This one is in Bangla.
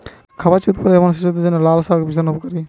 খাবার চিবোতে পারে এমন শিশুদের জন্য লালশাক ভীষণ উপকারী